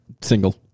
single